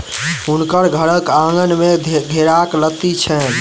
हुनकर घरक आँगन में घेराक लत्ती छैन